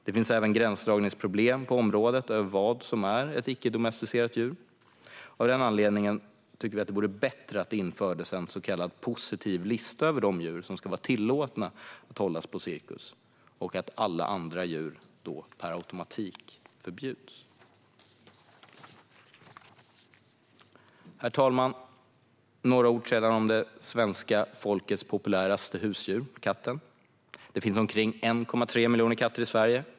Det finns även gränsdragningsproblem på området över vad som är icke-domesticerade djur. Av den anledningen vore det bättre att införa en så kallad positiv lista över de djur som det ska vara tillåtet att hålla på cirkus. Alla andra djur förbjuds då per automatik. Herr talman! Jag vill säga några ord om svenska folkets populäraste husdjur - katten. Det finns omkring 1,3 miljoner katter i Sverige.